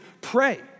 pray